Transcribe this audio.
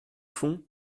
fond